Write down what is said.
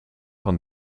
van